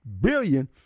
billion